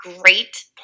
great